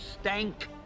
stank